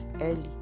early